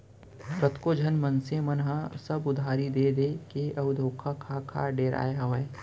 कतको झन मनसे मन ह सब उधारी देय देय के अउ धोखा खा खा डेराय हावय